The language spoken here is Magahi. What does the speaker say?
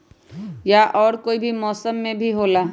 या और भी कोई मौसम मे भी होला?